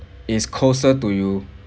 it's closer to you